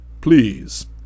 Please